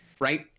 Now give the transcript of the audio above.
right